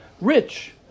rich